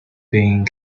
being